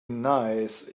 nice